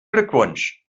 glückwunsch